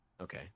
Okay